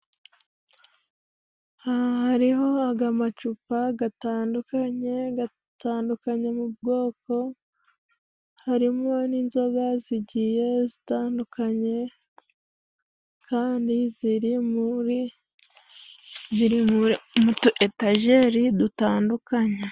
Hariho agamacupa gatandukanye ,gatandukanye mu bwoko ,harimo n'inzoga zigiye zitandukanye kandi ziri muri ziri mu mutu etajeri dutandukanye.